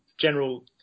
general